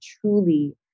truly